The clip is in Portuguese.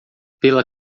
pela